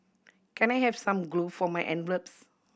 can I have some glue for my envelopes